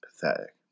Pathetic